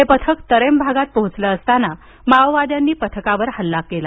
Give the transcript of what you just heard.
हे पथक तरेम भागात पोहोचलं असताना माओवाद्यांनी पथकावर हल्ला केला